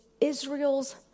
Israel's